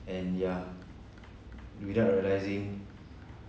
and ya without realising